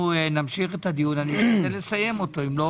נמשיך את הדיון ואשתדל לסיימו אם לא